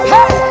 Hey